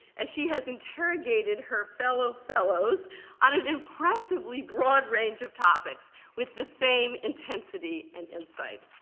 as she has interrogated her fellow fellows on an impressively broad range of topics with the same intensity and insight.